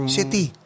City